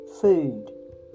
food